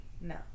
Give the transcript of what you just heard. no